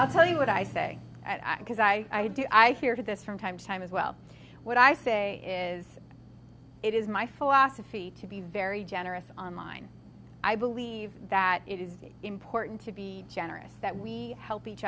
i'll tell you what i say i because i do i hear this from time to time as well what i say is it is my philosophy to be very generous online i believe that it is important to be generous that we help each